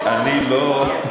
אני לא,